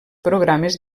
programes